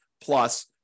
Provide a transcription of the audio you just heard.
plus